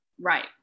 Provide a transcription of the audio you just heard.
Right